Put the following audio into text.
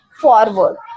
forward